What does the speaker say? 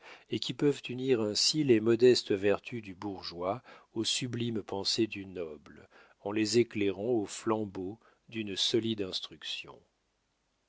et qui peuvent unir ainsi les modestes vertus du bourgeois aux sublimes pensées du noble en les éclairant aux flambeaux d'une solide instruction